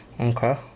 Okay